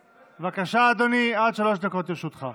ולדבר, בבקשה, אדוני, עד שלוש דקות לרשותך.